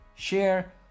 share